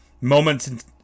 moments